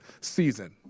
season